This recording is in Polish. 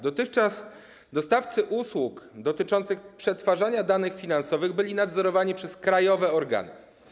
Dotychczas dostawcy usług związanych z przetwarzaniem danych finansowych byli nadzorowani przez krajowe organy.